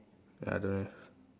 ya don't have